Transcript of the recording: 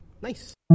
nice